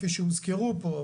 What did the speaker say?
כפי שהוזכרו פה,